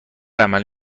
عمل